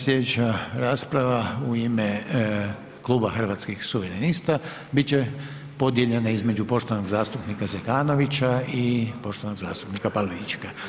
Slijedeća rasprava u ime Kluba Hrvatskih suverenista bit će podijeljena između poštovanog zastupnika Zekanovića i poštovanog zastupnika Pavličeka.